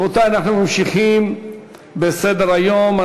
רבותי, אנחנו ממשיכים בסדר-היום.